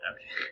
Okay